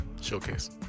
Showcase